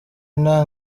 nta